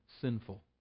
sinful